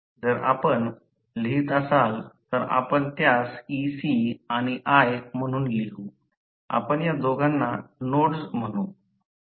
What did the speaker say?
जर आपण लिहित असाल तर आपण त्यास ec आणि i म्हणून लिहू आपण या दोघांना नोडस् म्हणू